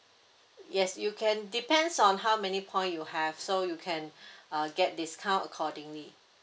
yes you can depends on how many point you have so you can uh get discount accordingly